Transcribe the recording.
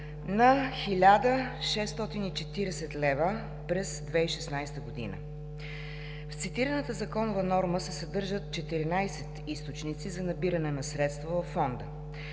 на 1640 лв. през 2016 г. В цитираната законова норма се съдържат 14 източника за набиране на средства във Фонда.